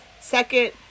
second